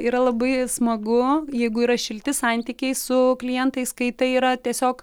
yra labai smagu jeigu yra šilti santykiai su klientais kai tai yra tiesiog